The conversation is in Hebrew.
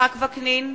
יצחק וקנין,